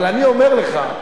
אבל אני אומר לך: